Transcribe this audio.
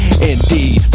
Indeed